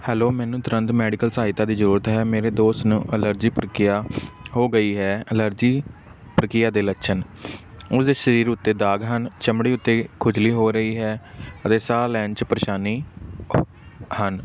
hello ਮੈਨੂੰ ਤੁਰੰਤ medical ਸਹਾਇਤਾ ਦੀ ਜ਼ਰੂਰਤ ਹੈ ਮੇਰੇ ਦੋਸਤ ਨੂੰ ਐਲਰਜੀ ਪਰਕੀਆ ਹੋ ਗਈ ਹੈ ਐਲਰਜੀ ਪਰਕੀਆ ਦੇ ਲੱਛਣ ਉਸਦੇ ਸਰੀਰ ਉੱਤੇ ਦਾਗ ਹਨ ਚਮੜੀ ਉੱਤੇ ਖੁਜਲੀ ਹੋ ਰਹੀ ਹੈ ਅਤੇ ਸਾਹ ਲੈਣ 'ਚ ਪਰੇਸ਼ਾਨੀ ਹਨ